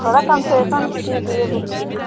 थोड़ा कंप्रेशन भी कीजिए बुक्स में